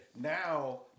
now